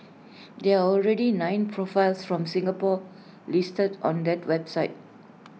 there are already nine profiles from Singapore listed on that website